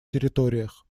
территориях